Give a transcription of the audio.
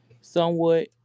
somewhat